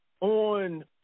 on